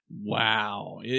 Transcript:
Wow